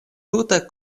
tuta